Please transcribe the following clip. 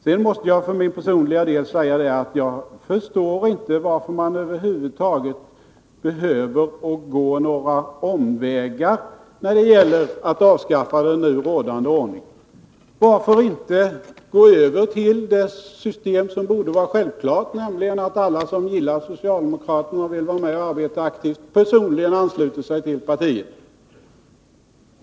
Sedan måste jag för min personliga del säga att jag inte förstår varför man över huvud taget behöver gå några omvägar när det gäller att avskaffa den nu rådande ordningen. Varför inte gå över till det system som borde vara självklart, nämligen att alla som gillar socialdemokratin och vill vara med och arbeta aktivt personligen ansluter sig till partiet?